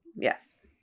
Yes